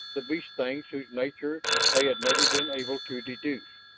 the beast things whose nature they had never been able to deduce.